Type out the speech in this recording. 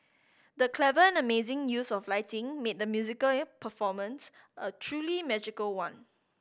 the clever and amazing use of lighting made the musical performance a truly magical one